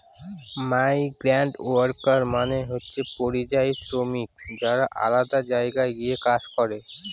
migrant worker মানে হচ্ছে পরিযায়ী শ্রমিক যারা আলাদা জায়গায় গিয়ে কাজ করে